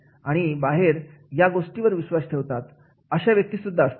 आणि बाहेर या गोष्टींवर विश्वास ठेवतात अशा व्यक्ती सुद्धा असतात